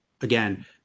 again